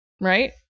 right